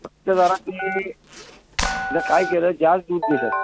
फक्त जरा ते तिनं काय केलं जास्त दूध दिलं